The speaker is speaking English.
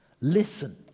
listen